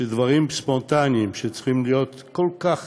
שדברים ספונטניים, שצריכים להיות כל כך